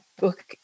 book